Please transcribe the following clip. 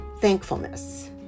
thankfulness